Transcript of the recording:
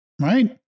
Right